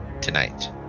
tonight